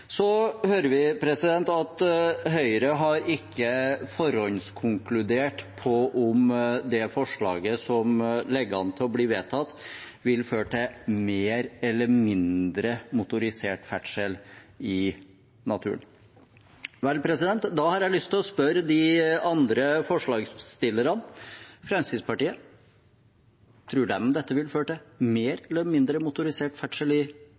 Så hører vi at Høyre ikke har forhåndskonkludert når det gjelder om det forslaget som ligger an til å bli vedtatt, vil føre til mer eller mindre motorisert ferdsel i naturen. Da har jeg lyst til å spørre de andre forslagsstillerne: Fremskrittspartiet, tror de dette vil føre til mer eller mindre motorisert ferdsel i